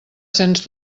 sens